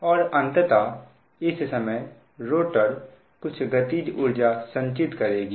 और अंततः इस समय रोटर कुछ गतिज ऊर्जा संचित करेगी